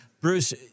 Bruce